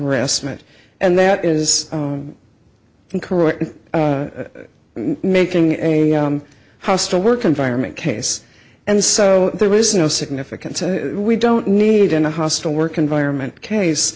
restaurant and that is correct making a hostile work environment case and so there is no significance and we don't need in a hostile work environment case